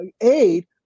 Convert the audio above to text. aid